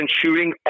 shooting